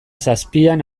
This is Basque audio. zazpian